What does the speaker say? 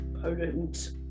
potent